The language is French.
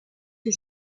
que